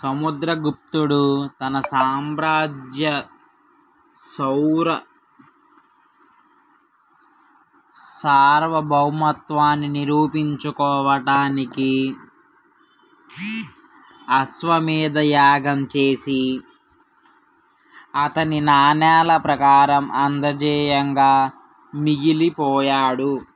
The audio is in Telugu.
సముద్రగుప్తుడు తన సామ్రాజ్య సౌర సార్వభౌమత్వాన్ని నిరూపించుకోవడానికి అశ్వమేధ యాగం చేసి అతని నాణేల ప్రకారం అజేయంగా మిగిలిపోయాడు